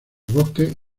bosques